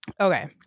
Okay